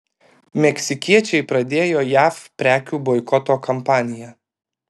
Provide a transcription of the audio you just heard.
meksikiečiai pradėjo jav prekių boikoto kampaniją